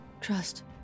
trust